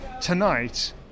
Tonight